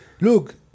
look